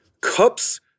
Cups